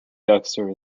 dexter